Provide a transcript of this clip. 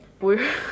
We're-